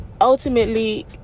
ultimately